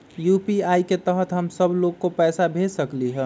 UPI के तहद हम सब लोग को पैसा भेज सकली ह?